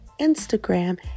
Instagram